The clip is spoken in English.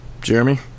Jeremy